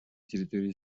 территории